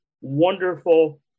wonderful